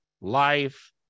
life